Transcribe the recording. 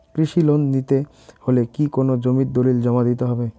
কৃষি লোন নিতে হলে কি কোনো জমির দলিল জমা দিতে হবে?